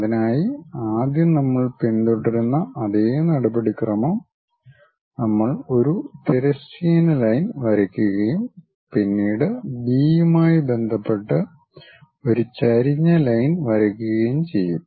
അതിനായി ആദ്യം നമ്മൾ പിന്തുടരുന്ന അതേ നടപടിക്രമം നമ്മൾ ഒരു തിരശ്ചീന ലൈൻ വരയ്ക്കുകയും പിന്നീട് ബി യുമായി ബന്ധപ്പെട്ട് ഒരു ചരിഞ്ഞ ലൈൻ വരയ്ക്കുകയും ചെയ്യും